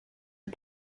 are